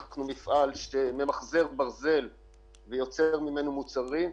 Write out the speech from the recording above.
אנחנו מפעל שממחזר ברזל ויוצר ממנו מוצרים,